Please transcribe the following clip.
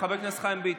חבר הכנסת חיים ביטון,